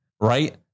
Right